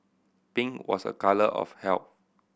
pink was a colour of health